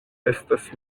estas